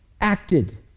acted